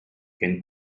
can